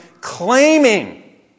claiming